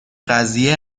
قضیه